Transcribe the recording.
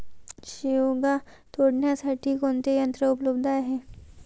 शेवगा तोडण्यासाठी कोणते यंत्र उपलब्ध आहे?